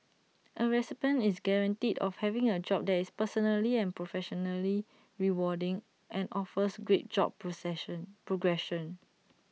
A recipient is guaranteed of having A job that is personally and professionally rewarding and offers great job precision progression